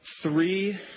three